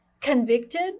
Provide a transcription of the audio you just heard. convicted